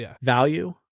value